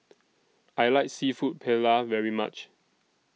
I like Seafood Paella very much